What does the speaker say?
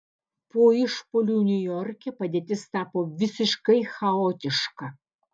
po išpuolių niujorke padėtis tapo visiškai chaotiška